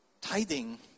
Tithing